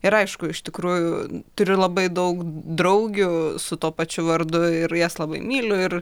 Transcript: ir aišku iš tikrųjų turiu labai daug draugių su tuo pačiu vardu ir jas labai myliu ir